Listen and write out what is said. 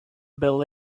bel